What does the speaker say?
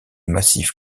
massif